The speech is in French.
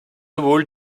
wall